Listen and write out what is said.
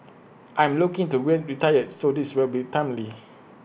I am looking to retire so this will be timely